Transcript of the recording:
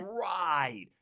Right